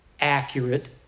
accurate